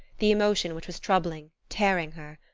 the emotion which was troubling tearing her.